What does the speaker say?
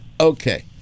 Okay